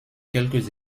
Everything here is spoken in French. quelques